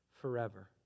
forever